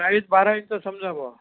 चाळीस बारा इंच समजा बुवा